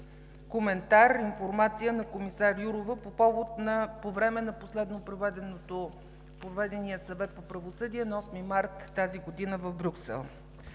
коментар, информация на комисар Йоурова по време на последно проведения Съвет по правосъдие на 8 март 2019 г. в Брюксел.